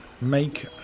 Make